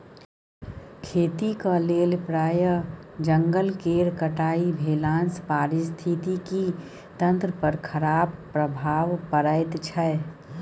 खेतीक लेल प्राय जंगल केर कटाई भेलासँ पारिस्थितिकी तंत्र पर खराप प्रभाव पड़ैत छै